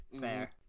Fair